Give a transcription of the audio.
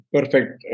Perfect